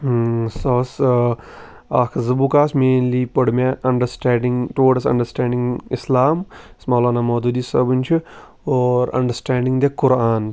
سۄ ٲس اَکھ زٕ بُکہٕ آسہٕ مینلی پٔر مےٚ اَنڈَرسٕٹینڈِنٛگ ٹُوٲڈٕز اَنڈَرسٕٹینٛڈِنٛگ اِسلام یُس مولانا موحدوٗدی صٲبِن چھِ اور اَنڈَرسٕٹینٛڈِنٛگ دَ قُرآن